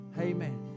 Amen